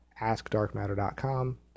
askdarkmatter.com